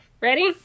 Ready